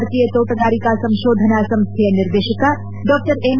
ಭಾರತೀಯ ತೋಟಗಾರಿಕಾ ಸಂಕೋಧನಾ ಸಂಸ್ವೆಯ ನಿರ್ದೇಶಕ ಡಾ ಎಂ